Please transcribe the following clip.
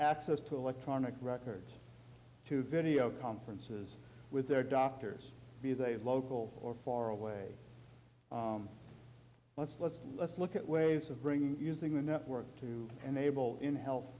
access to electronic records to video conferences with their doctors local or far away let's let's let's look at ways of bringing using the network to enable in